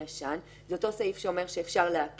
הישן " זה אותו סעיף שאומר שאפשר להקל,